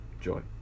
Joy